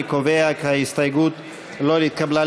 אני קובע כי ההסתייגות לא התקבלה.